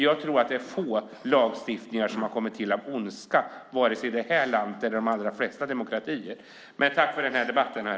Jag tror att det är få lagstiftningar som har kommit till av ondska varken i det här landet eller i de flesta andra demokratier.